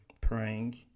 praying